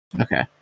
Okay